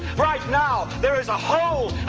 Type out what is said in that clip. right now there is a whole,